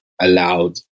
allowed